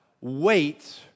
wait